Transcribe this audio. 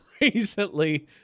recently